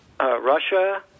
Russia